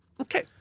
Okay